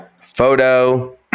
photo